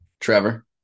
Trevor